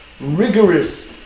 rigorous